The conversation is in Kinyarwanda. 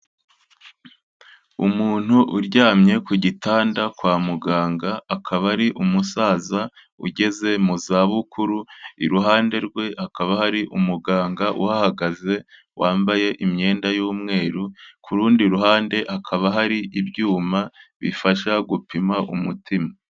Umuntu uryamye ku gitanda kwa muganga, akaba ari umusaza ugeze mu za bukuru, iruhande rwe hakaba hari umuganga uhahagaze wambaye imyenda y'umweru, ku rundi ruhande hakaba hari ibyuma bifasha gupima umutima.